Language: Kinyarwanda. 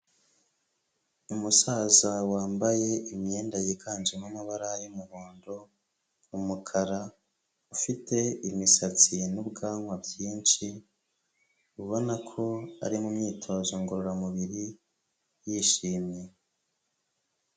Umusaza wambaye imyenda yiganjemo amabara y'umuhondo, umukara, ufite imisatsi n'ubwanwa byinshi, ubona ko ari mu myitozo ngororamubiri, yishimye.